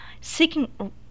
seeking